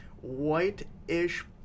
white-ish